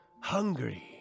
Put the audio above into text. hungry